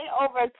over